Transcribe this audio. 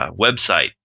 website